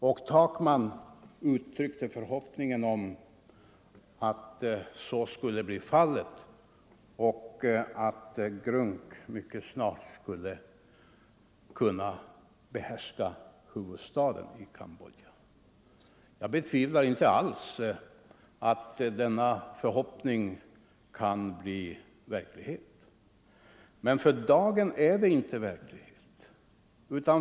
Herr Takman uttryckte förhoppningen att den striden skulle ta slut och att GRUNC mycket snart skulle behärska huvudstaden i Cambodja. Jag betvivlar inte alls att denna förhoppning kan bli infriad, men för dagen är den inte det.